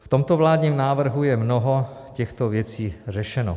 V tomto vládním návrhu je mnoho těchto věcí řešeno.